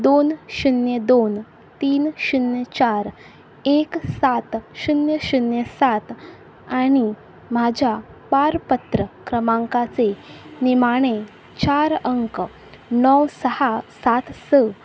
दोन शुन्य दोन तीन शुन्य चार एक सात शुन्य शुन्य सात आनी म्हाज्या पारपत्र क्रमांकाचे निमाणें चार अंक णव साहा सात स